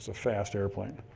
ah fast airplane.